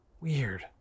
Weird